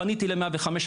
פניתי ל-105,